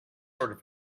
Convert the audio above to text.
sort